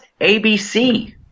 ABC